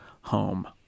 home